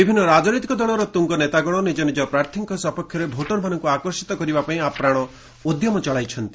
ବିଭିନ୍ନ ରାଜନୈତିକ ଦଳର ତ୍କୁଙ୍ଗ ନେତାଗଣ ନିଜନିକ ପ୍ରାର୍ଥୀଙ୍କ ସପକ୍ଷରେ ଭୋଟରମାନଙ୍କୁ ଆକର୍ଷିତ କରିବା ପାଇଁ ଆପ୍ରାଣ ଉଦ୍ୟମ ଚଳାଇଛନ୍ତି